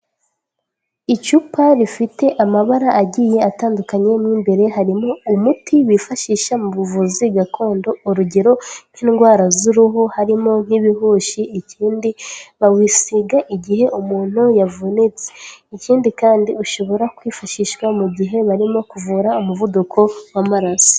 Icupa rifite amabara agiye atandukanye mo imbere harimo umuti bifashisha mu buvuzi gakondo, urugero nk'indwara z'uruhu, harimo nk'ibihushi, ikindi bawisiga igihe umuntu yavunitse, ikindi kandi ushobora kwifashishwa mu gihe barimo kuvura umuvuduko w'amaraso.